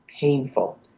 painful